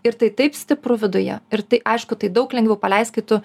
ir tai taip stipru viduje ir tai aišku tai daug lengviau paleist kai tu